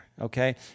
okay